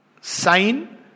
sign